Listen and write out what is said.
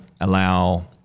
allow